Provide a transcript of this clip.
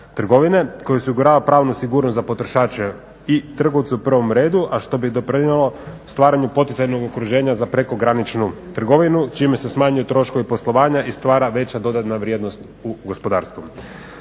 trgovine, koja osigurava pravnu sigurnost za potrošače i trgovcu u prvom redu a što bi doprinijelo stvaranju poticajnog okruženja za prekograničnu trgovinu čime se smanjuju troškovi poslovanja i stvara veća dodatna vrijednost u gospodarstvu.